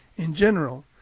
in general,